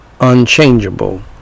unchangeable